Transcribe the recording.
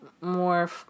more